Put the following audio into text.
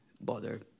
bother